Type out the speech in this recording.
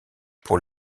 pour